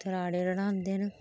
उत्थै राह्डे़ रढ़ांदे न